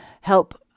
help